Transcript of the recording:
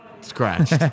Scratched